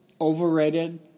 overrated